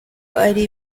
ari